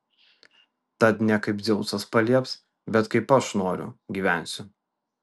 tad ne kaip dzeusas palieps bet kaip aš noriu gyvensiu